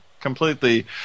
completely